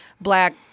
black